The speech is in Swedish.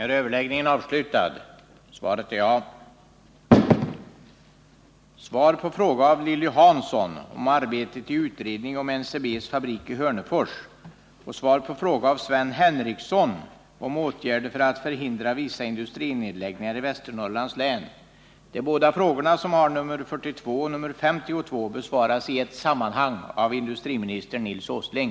Riksdagen beslöt den 8 juni vid behandling av näringsutskottets betänkande 1978/79:61 att en förutsättningslös och allsidig utredning skulle tillsättas om möjligheter till en lönsam utveckling vid NCB:s fabrik i Hörnefors. Mot bakgrund av detta beslut vill jag ställa följande frågor till industriministern: När beräknas utredningen om NCB:s fabrik i Hörnefors vara klar? Har de fackliga organisationerna getts möjlighet att delta i denna utredning på det sätt som riksdagen förutsatte?